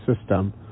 system